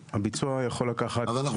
שהביצוע יכול לקחת --- אז אנחנו